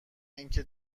اینکه